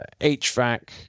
HVAC